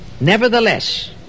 Nevertheless